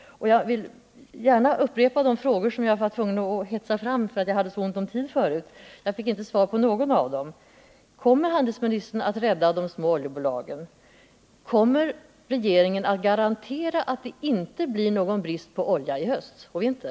Jag vill gärna upprepa de frågor som jag tidigare var tvungen att hetsa fram därför att jag hade så ont om tid; jag fick inte svar på någon av dem: Kommer handelsministern att rädda de små oljebolagen? Kan regeringen garantera att det inte blir någon brist på olja i höst och vinter?